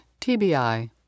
TBI